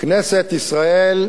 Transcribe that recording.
כנסת ישראל,